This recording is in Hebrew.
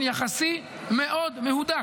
באופן יחסי מאוד מהודק.